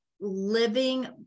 living